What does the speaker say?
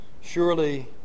Surely